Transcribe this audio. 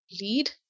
lead